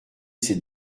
ces